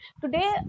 today